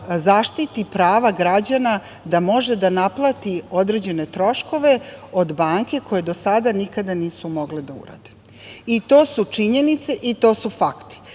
zaštiti prava građana da može da naplati određene troškove od banke koje do sada nisu nikada mogle da urade to. To su činjenice i to su fakti